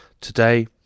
Today